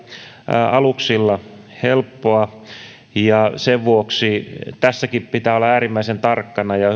aluksilla helppoa ja sen vuoksi tässäkin pitää olla äärimmäisen tarkkana ja